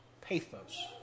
pathos